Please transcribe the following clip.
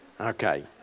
Okay